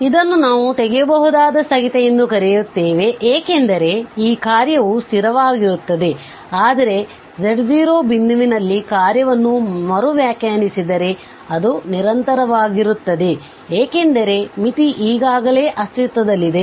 ಇದನ್ನು ನಾವು ತೆಗೆಯಬಹುದಾದ ಸ್ಥಗಿತ ಎಂದು ಕರೆಯುತ್ತೇವೆ ಏಕೆಂದರೆ ಈ ಕಾರ್ಯವು ಸ್ಥಿರವಾಗಿರುತ್ತದೆ ಆದರೆ z0 ಬಿಂದುವಿನಲ್ಲಿ ಕಾರ್ಯವನ್ನು ಮರು ವ್ಯಾಖ್ಯಾನಿಸಿದರೆ ಅದು ನಿರಂತರವಾಗಿರುತ್ತದೆ ಏಕೆಂದರೆ ಮಿತಿ ಈಗಾಗಲೇ ಅಸ್ತಿತ್ವದಲ್ಲಿದೆ